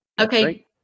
Okay